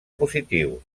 positius